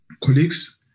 colleagues